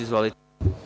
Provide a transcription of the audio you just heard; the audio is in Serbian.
Izvolite.